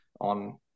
on